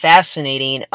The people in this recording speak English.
Fascinating